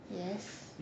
yes